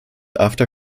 after